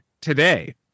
today